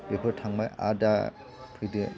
बेफोर थांबाय आरो दा फैदो